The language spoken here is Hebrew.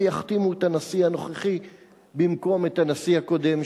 ויחתימו את הנשיא הנוכחי במקום את הנשיא הקודם,